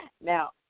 Now